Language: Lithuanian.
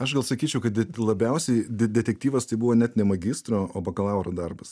aš gal sakyčiau kad det labiausiai de detektyvas tai buvo net ne magistro o bakalauro darbas